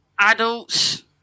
adults